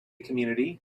community